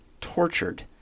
tortured